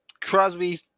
Crosby